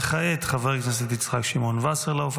וכעת חבר הכנסת יצחק שמעון וסרלאוף,